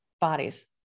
bodies